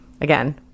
again